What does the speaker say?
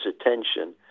attention